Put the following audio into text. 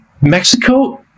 Mexico